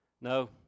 No